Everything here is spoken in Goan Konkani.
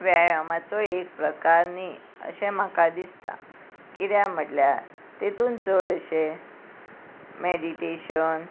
व्यायामाचो एक प्रकार न्ही अशें म्हाका दिसता किद्या म्हटल्यार तितून चड अशे मेडिटेशन